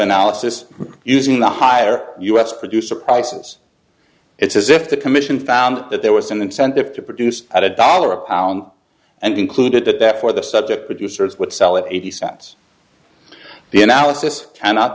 analysis using the higher us producer prices it's as if the commission found that there was an incentive to produce at a dollar a pound and included that that for the subject producers would sell at eighty cents the analysis cannot